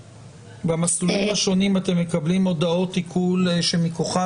במסלולים השונים אתם מקבלים הודעות עיקול שמכוחן